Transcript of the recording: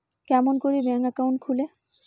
কেমন করি bank account খুলে?